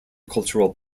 cultural